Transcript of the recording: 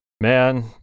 man